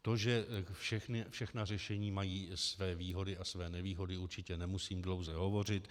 O tom, že všechna řešení mají své výhody a své nevýhody, určitě nemusím dlouze hovořit.